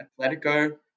Atletico